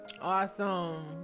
Awesome